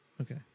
Okay